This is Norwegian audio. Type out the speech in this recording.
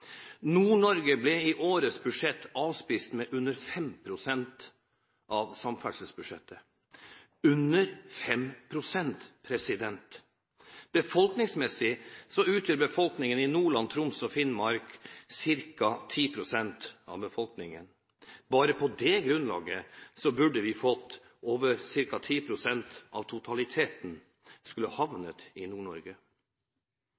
Nord-Norge ble i årets budsjett avspist med under 5 pst. av samferdselsbudsjettet – under 5 pst. Befolkningsmessig utgjør befolkningen i Nordland, Troms og Finnmark ca. 10 pst. av befolkningen. Bare på det grunnlaget burde ca. 10 pst. av totaliteten